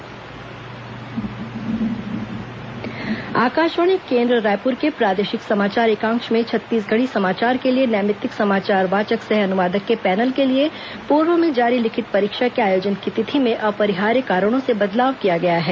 Chhattisgarhi panel आकाशवाणी केंद्र रायपुर के प्रादेशिक समाचार एकांश में छत्तीसगढ़ी समाचार के लिए नैमित्तिक समाचार वाचक सह अनुवादक के पैनल के लिए पूर्व में जारी लिखित परीक्षा के आयोजन की तिथि में अपरिहार्य कारणों से बदलाव किया गया है